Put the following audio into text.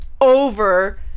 over